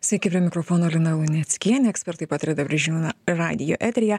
sveiki prie mikrofono lina luneckienė ekspertai pataria dabar žinių ra radijo eteryje